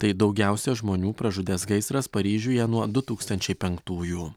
tai daugiausia žmonių pražudęs gaisras paryžiuje nuo du tūkstančiai penktųjų